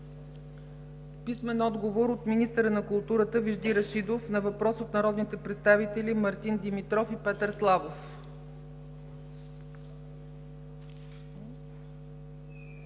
Димитър Танев; - министъра на културата Вежди Рашидов на въпрос от народните представители Мартин Димитров и Петър Славов;